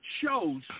shows